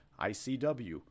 ICW